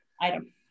item